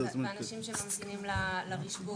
אנשים שממתינים ל- --?